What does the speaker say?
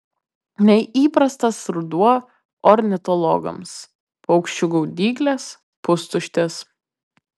neįprastas ruduo ornitologams paukščių gaudyklės pustuštės